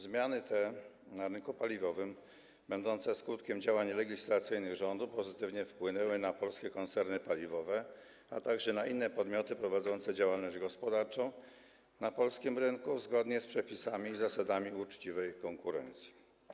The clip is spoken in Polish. Zmiany na rynku paliwowym, będące skutkiem działań legislacyjnych rządu, pozytywnie wpłynęły na polskie koncerny paliwowe, a także na inne podmioty prowadzące działalność gospodarczą na polskim rynku, zgodnie z przepisami i zasadami uczciwej konkurencji.